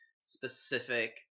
specific